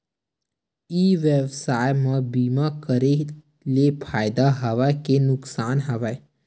ई व्यवसाय म बीमा करे ले फ़ायदा हवय के नुकसान हवय?